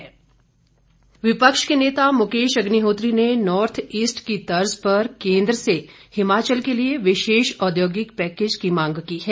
कांग्रे स विपक्ष के नेता मुकेश अग्निहोत्री ने नार्थ इस्ट की तर्ज पर केंद्र से हिमाचल के लिए विशेष औद्योगिक पैकेज की मांग की है